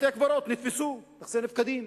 בתי-הקברות נתפסו, נכסי נפקדים.